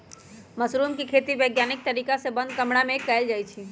mushroom के खेती वैज्ञानिक तरीका से बंद कमरा में कएल जाई छई